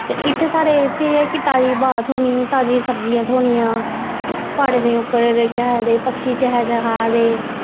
ते इत्थें साढ़े इत्थें एह् ऐ कि ताजी ब्हाऽ थ्होनी ताजी सब्जियां थ्होनियां प्हाड़ें दे उप्पर केह् आखगे पक्षी चैह् चहा दे